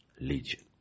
Legion